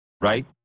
right